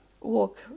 walk